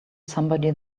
somebody